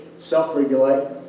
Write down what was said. self-regulate